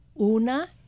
una